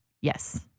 Yes